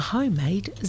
Homemade